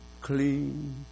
clean